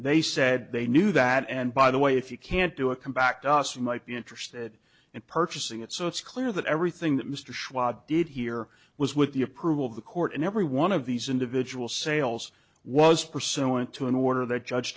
they said they knew that and by the way if you can't do a compact us might be interested in purchasing it so it's clear that everything that mr schwab did here was with the approval of the court and every one of these individual sales was pursuant to an order that judge